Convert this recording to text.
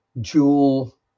jewel